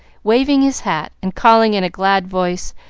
waving his hat, and calling in a glad voice,